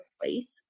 place